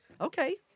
okay